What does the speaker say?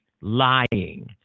lying